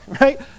right